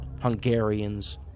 Hungarians